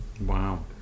Wow